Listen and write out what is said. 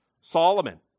Solomon